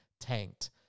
tanked